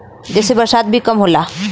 जेसे बरसात भी कम होला